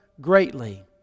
greatly